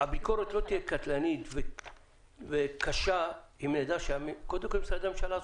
הביקורת לא תהיה קטלנית וקשה אם נדע שקודם כול משרדי הממשלה עשו,